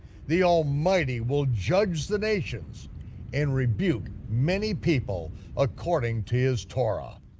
the almighty will judge the nations and rebuke many people according to his torah.